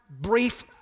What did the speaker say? brief